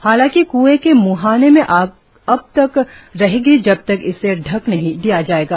हालांकि क्एं के मुहाने में आग तब तक रहेगी जब तक इसे ढक नहीं दिया जाता